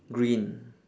green